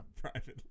privately